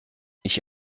ich